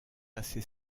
assez